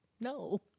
No